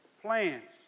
plans